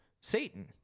satan